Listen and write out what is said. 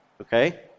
Okay